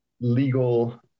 legal